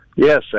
Yes